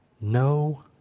no